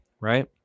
right